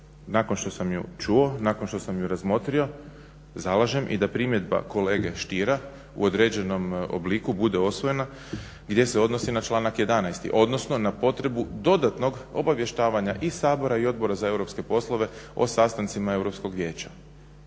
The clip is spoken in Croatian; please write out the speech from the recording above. nakon što sam ju čuo, nakon što sam je razmotrio zalažem i da primjedba kolege Stiera u određenom obliku bude usvojena gdje se odnosi na članak 11., odnosno na potrebu dodatnog obavještavanja i Sabora i Odbora za europske poslove o sastancima Europskog vijeća.